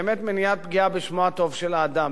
באמת מניעת פגיעה בשמו הטוב של האדם,